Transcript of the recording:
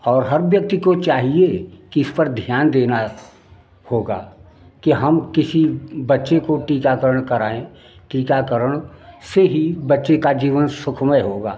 और हर व्यक्ति को चाहिए कि इस पर ध्यान देना होगा कि हम किसी बच्चे को टीकाकरण कराएँ टीकाकरण से ही बच्चे का जीवन सुखमय होगा